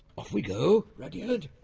off we go, rudyard.